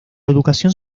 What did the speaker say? educación